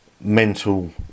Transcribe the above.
mental